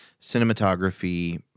cinematography